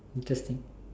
interesting